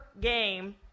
game